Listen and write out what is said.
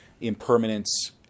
impermanence